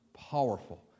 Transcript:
Powerful